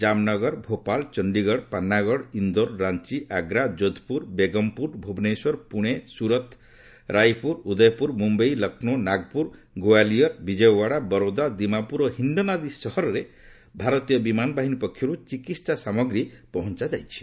କାମ୍ନଗର ଭୋପାଳ ଚଣ୍ଡୀଗଡ଼ ପାନ୍ନାଗଡ଼ ଇନ୍ଦୋର ରାଞ୍ଚ ଆଗ୍ରା ଯୋଧପୁର ବେଗମ୍ପୁଟ୍ ଭୁବନେଶ୍ୱର ପୁଣେ ସୁରତ୍ ରାଇପୁର ଉଦୟପୁର ମୁମ୍ୟାଇ ଲକ୍ଷ୍ନୌ ନାଗପୁର ଗ୍ୱାଲିୟର୍ ବିକୟଓ୍ୱାଡ଼ା ବରୋଦା ଦିମାପୁର ଓ ହିଣ୍ଡନ୍ ଆଦି ସହରରେ ଭାରତୀୟ ବିମାନ ବାହିନୀ ପକ୍ଷରୁ ଚିକିତ୍ସା ସାମଗ୍ରୀ ପହଞ୍ଚାଯାଇଛି